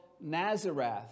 Nazareth